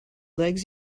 legs